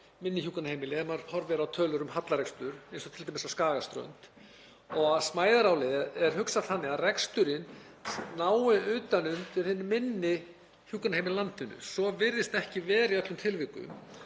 minni hjúkrunarheimilum, ef maður horfir á tölur um hallarekstur eins og t.d. á Skagaströnd. Smæðarálagið er hugsað þannig að reksturinn nái utan um hin minni hjúkrunarheimili í landinu. Svo virðist ekki vera í öllum tilvikum.